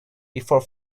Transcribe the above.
before